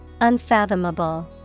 Unfathomable